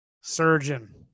Surgeon